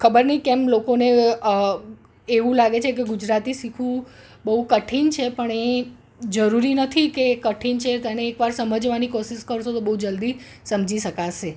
ખબર નહીં કેમ લોકોને એવું લાગે છે કે ગુજરાતી શીખવું બહુ કઠિન છે પણ એ જરૂરી નથી કે કઠિન છે તેને એકવાર સમજવાની કોશિશ કરશો તો જલ્દીથી સમજી શકાશે